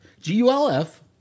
G-U-L-F